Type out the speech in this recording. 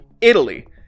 Italy